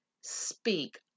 speak